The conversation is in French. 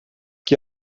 qui